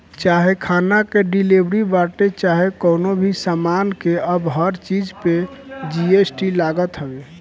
चाहे खाना के डिलीवरी बाटे चाहे कवनो भी सामान के अब हर चीज पे जी.एस.टी लागत हवे